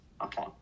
Okay